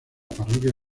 parroquia